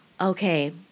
Okay